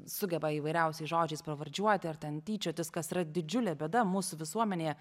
sugeba įvairiausiais žodžiais pravardžiuoti ar ten tyčiotis kas yra didžiulė bėda mūsų visuomenėje